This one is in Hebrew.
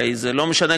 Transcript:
הרי זה לא משנה,